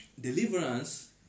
deliverance